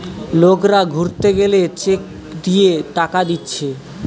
লোকরা ঘুরতে গেলে চেক দিয়ে টাকা দিচ্ছে